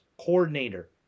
coordinator